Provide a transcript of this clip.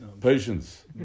Patience